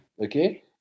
Okay